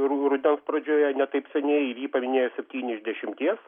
ru rudens pradžioje ne taip seniai ir jį paminėjo septyni iš dešimties